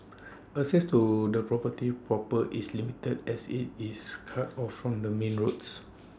access to the property proper is limited as IT is cut off from the main roads